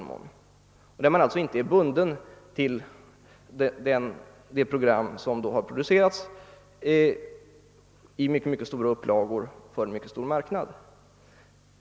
Man är alltså inte bunden till det program som har producerats i mycket stora upplagor för en mycket stor marknad.